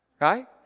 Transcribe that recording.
right